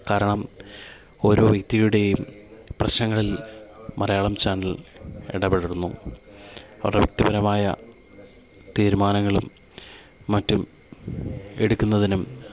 കാരണം ഓരോ വ്യക്തിയുടെയും പ്രശ്നങ്ങളിൽ മലയാളം ചാനൽ ഇടപെടുന്നു അവരുടെ വ്യക്തിപരമായ തീരുമാനങ്ങളും മറ്റും എടുക്കുന്നതിനും